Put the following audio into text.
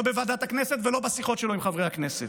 לא בוועדת הכנסת ולא בשיחות שלו עם חברי הכנסת.